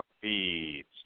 Feeds